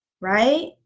Right